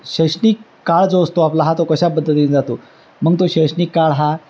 शैक्षणिक काळ जो असतो आपला हा तो कशापद्धतीनं जातो मग तो शैक्षणिक काळ हा